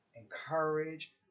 encourage